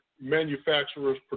manufacturers